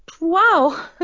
wow